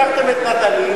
לקחתם את "נטלי",